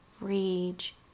rage